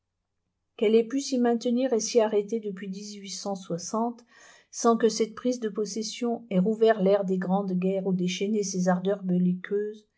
qu'elle ait pu s'y maintenir et s'y arrêter depuis sans que cette prise de possession ait rouvert l'ère des grandes guerres ou déchaîné ses ardeurs belliqueuses